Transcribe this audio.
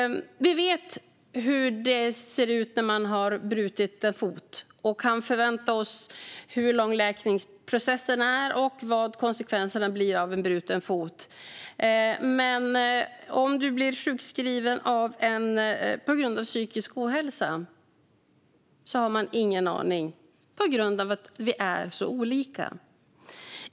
Vi vet hur det ser ut när man har brutit en fot. Man kan förutse hur lång läkningsprocessen blir och vad konsekvenserna blir av en bruten fot. Men om man blir sjukskriven på grund av psykisk ohälsa har man ingen aning på grund av att vi är så olika.